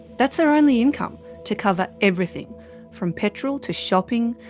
that's her only income to cover everything from petrol to shopping,